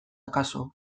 akaso